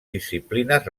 disciplines